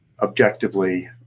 objectively